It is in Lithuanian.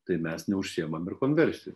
tai mes neužsiimam ir konversija